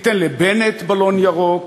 ניתן לבנט בלון ירוק,